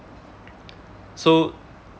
so